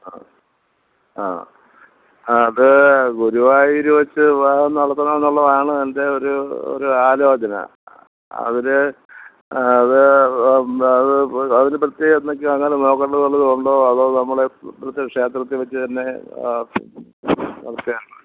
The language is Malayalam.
ആ ആ അത് ഗുരുവായൂർ വെച്ച് വിവാഹം നടത്തണം എന്നുള്ളതാണ് എൻ്റെ ഒരു ഒരു ആലോചന അവർ അത് അത് അതിന് പ്രത്യേകം എന്തൊക്കെയോ അങ്ങനെ നോക്കേണ്ട വല്ലതും ഉണ്ടോ അതോ നമ്മളെ ഇത് ക്ഷേത്രത്തിൽ വെച്ച് തന്നെ നടത്തിയാൽ മതി